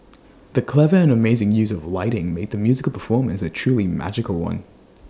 the clever and amazing use of lighting made the musical performance A truly magical one